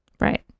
Right